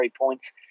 points